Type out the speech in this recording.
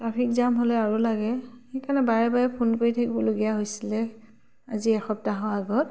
traffic jam হ'লে আৰু লাগে সেইকাৰণে বাৰে বাৰে ফোন কৰি থাকিবলগীয়া হৈছিলে আজি এসপ্তাহৰ আগত